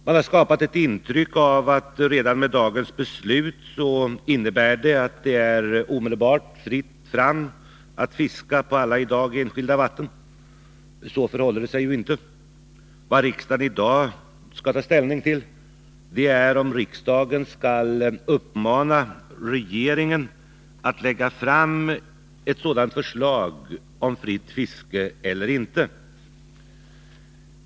Man har skapat intrycket av att det redan med dagens beslut omedelbart är fritt fram att fiska på alla i dag enskilda vatten — så förhåller det sig ju inte. Vad riksdagen i dag skall ta ställning till, det är om den skall uppmana regeringen att lägga fram ett sådant förslag om fritt fiske eller inte.